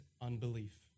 unbelief